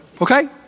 okay